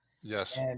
Yes